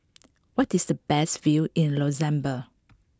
what is the best view in Luxembourg